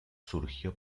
surgió